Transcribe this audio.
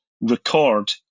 record